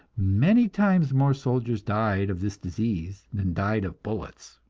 many times more soldiers died of this disease than died of bullets